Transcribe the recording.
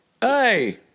Hey